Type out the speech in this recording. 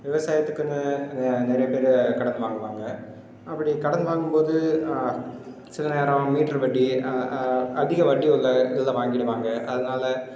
விவசாயத்துக்குன்னு நிறைய பேரு கடன் வாங்குவாங்கள் அப்படி கடன் வாங்கும்போது சில நேரம் மீட்டர் வட்டி அதிக வட்டி உள்ள இதில் வாங்கிடுவாங்கள் அதனால்